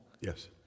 Yes